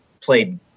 played